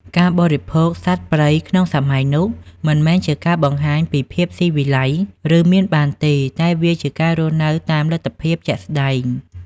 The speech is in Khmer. ការបរិភោគសត្វព្រៃក្នុងសម័យនោះ មិនមែនជាការបង្ហាញពីភាពស៊ីវិល័យ ឬមានបានទេ តែវាជាការរស់នៅតាមលទ្ធភាពជាក់ស្តែង។